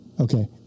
Okay